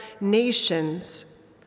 nations